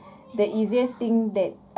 the easiest thing that